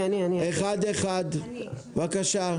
בבקשה.